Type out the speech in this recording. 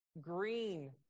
green